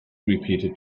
repeated